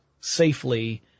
safely